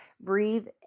breathe